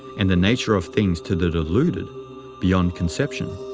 and the nature of things to the deluded beyond conception.